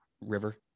river